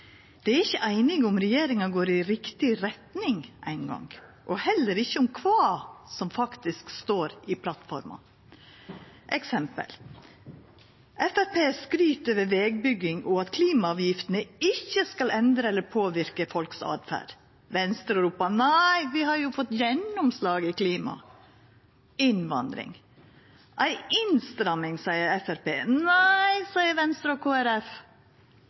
Dei er ikkje einige om regjeringa går i riktig retning eingong, og heller ikkje om kva som faktisk står i plattforma. Nokre eksempel: Framstegspartiet skryt av vegbygging og at klimaavgiftene ikkje skal endra eller påverka folks åtferd. Venstre ropar: Nei, me har jo fått gjennomslag når det gjeld klima. Innvandring: Ei innstramming, seier Framstegspartiet. Nei, seier Venstre og